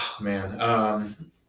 Man